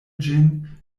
ĝin